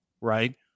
right